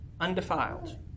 undefiled